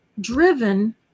driven